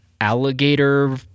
alligator